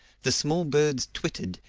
the small birds twittered,